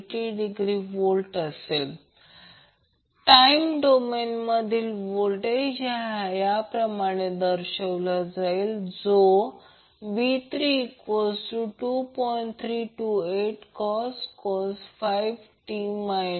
328∠ 80V time डोमेनमधिल voltage हा याप्रमाणे दर्शविला आहे v32